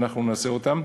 ואנחנו נעשה את זה.